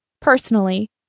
Personally